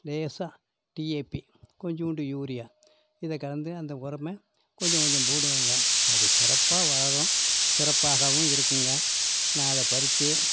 லேசாக டிஏபி கொஞ்சோண்டு யூரியா இதை கலந்து அந்த உரமே கொஞ்ச கொஞ்சம் போடுவங்க அது சிறப்பாக வளரும் சிறப்பாகவும் இருக்குங்க நான் அதை பறிச்சு